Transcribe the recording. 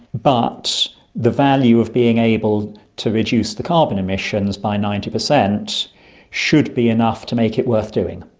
but the value of being able to reduce the carbon emissions by ninety percent should be enough to make it worth doing.